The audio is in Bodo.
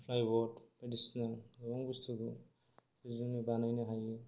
प्लाइउद बायदिसिना गोबां बुस्थुखौ बिदिनो बानायनो हायो